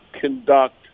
conduct